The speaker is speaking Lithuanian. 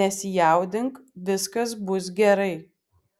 nesijaudink viskas bus gerai